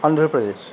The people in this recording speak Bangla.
অন্ধ্রপ্রদেশ